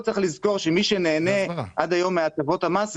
כאן צריך לזכור שמי שנהנה עד היום מהטבות המס,